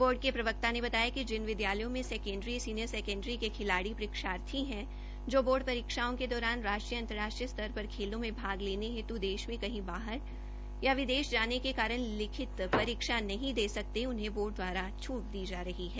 board के प्रवक्ता ने बताया कि जिन विद्यालयों में सैकेण्डरीसीनियर सैकेण्डरी के खिलाड़ी परीक्षार्थी हंै जो बोर्ड परीक्षाओं के दौरान राष्ट्रीयअंतर्राष्ट्रीय स्तर पर खेलों में भाग लेने हेतु देश में कहीं बाहर या विदेश जाने के कारण लिखितप्रायोगिक परीक्षा नहीं दे सकते उन्हें बोर्ड द्वारा छूट दी जा रही है